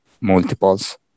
multiples